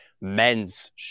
men's